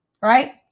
right